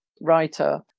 writer